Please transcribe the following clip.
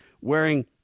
wearing